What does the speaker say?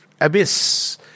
abyss